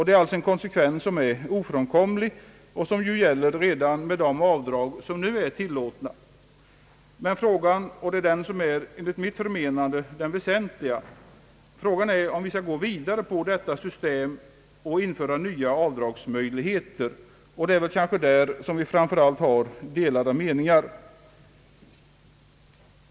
Det är en konsekvens som är ofrånkomlig och som ju uppstår redan med de avdrag som nu är tillåtna. Men den enligt mitt förmenande väsentliga frågan är om vi skall gå vidare på denna väg och införa nya avdragsmöjligheter. Det är väl på den punkten som vi har delade meningar.